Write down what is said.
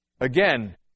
again